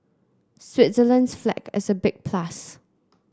Switzerland's flag is a big plus